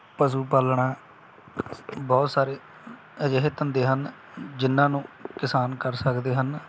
ਪਸ਼ੂ ਪਾਲਣਾ ਬਹੁਤ ਸਾਰੇ ਅਜਿਹੇ ਧੰਦੇ ਹਨ ਜਿਹਨਾਂ ਨੂੰ ਕਿਸਾਨ ਕਰ ਸਕਦੇ ਹਨ